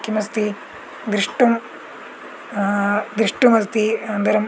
किमस्ति द्रष्टुं द्रष्टुमस्ति अनन्तरं